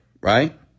right